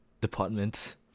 department